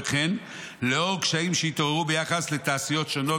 וכן נוכח הקשיים שהתעוררו ביחס לתעשיות שונות,